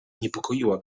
niepokoiła